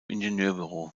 ingenieurbüro